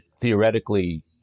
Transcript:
theoretically